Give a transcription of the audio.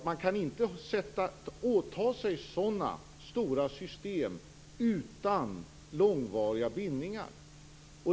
Man kan inte åta sig sådana stora system utan långvariga bindningar.